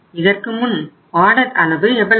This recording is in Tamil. இதற்கு முன் ஆர்டர் அளவு எவ்வளவு